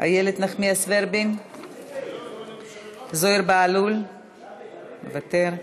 איילת נחמיאס ורבין, זוהיר בהלול מוותר.